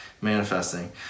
manifesting